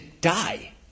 die